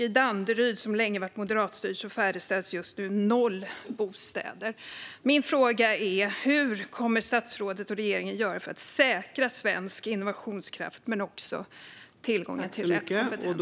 I Danderyd, som länge har varit moderatstyrt, färdigställs just nu noll bostäder. Vad kommer statsrådet och regeringen att göra för att säkra svensk innovationskraft och tillgången till rätt kompetens?